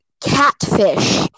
Catfish